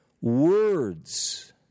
words